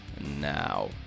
now